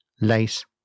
lace